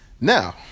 Now